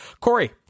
Corey